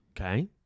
Okay